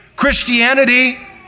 Christianity